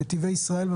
יש נציג לנתיבי ישראל?